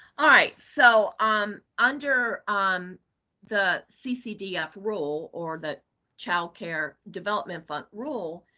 ah so um under um the ccdf role or the child care development fund rule,